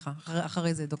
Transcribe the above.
שלום,